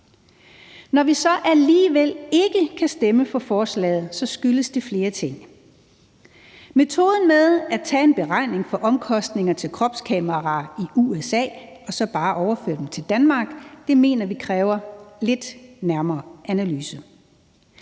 Når vi så alligevel ikke kan stemme for forslaget, skyldes det flere ting. Metoden med at tage en beregning af omkostningerne til kropskameraer i USA og så bare overføre det til Danmark mener vi kræver lidt nærmere analyse.